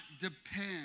depend